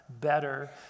better